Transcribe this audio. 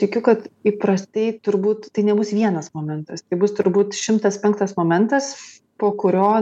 tikiu kad įprastai turbūt tai nebus vienas momentas tai bus turbūt šimtas penktas momentas po kurio